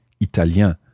italien